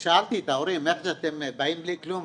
שאלתי את ההורים: איך זה שאתם באים בלי כלום?